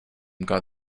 got